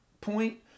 point